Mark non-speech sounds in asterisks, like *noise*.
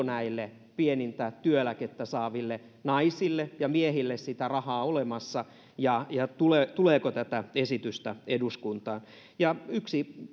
*unintelligible* näille pienintä työeläkettä saaville naisille ja miehille sitä rahaa olemassa ja ja tuleeko tätä esitystä eduskuntaan ja yksi *unintelligible*